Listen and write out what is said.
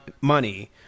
money